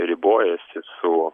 ribojasi su